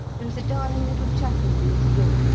there is a darling little chapel on this floor,